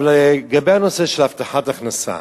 לגבי הנושא של הבטחת הכנסה,